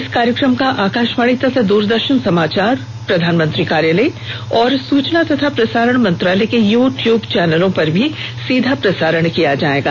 इस कार्यकम का आकाशवाणी तथा दूरदर्शन समाचार प्रधानमंत्री कार्यालय और सूचना एवं प्रसारण मंत्रालय के यू टयूब चैनलों पर सीधा प्रसारण किया जाएगा